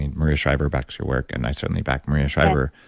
and maria shriver backs your work and i certainly back maria shriver